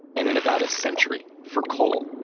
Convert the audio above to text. and in about a century for coal.